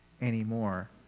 anymore